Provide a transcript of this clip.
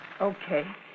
Okay